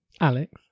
Alex